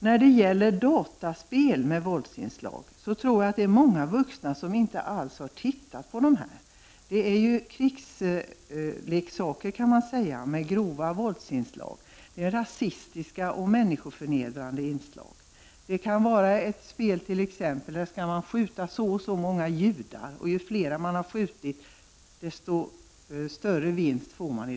När det gäller dataspel med våldsinslag tror jag att det är många vuxna som inte alls har tittat på dem. Man kan säga att det är krigsleksaker, med grova våldsinslag, rasistiska och människoförnedrande inslag. Det kan vara t.ex. ett spel där man skall skjuta ett visst antal judar. Ju fler man har skjutit desto större vinst får man.